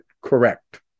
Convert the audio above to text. correct